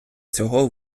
цього